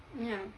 ya